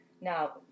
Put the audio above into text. now